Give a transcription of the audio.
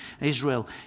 Israel